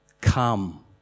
come